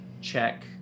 check